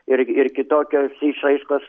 ir ir kitokios išraiškos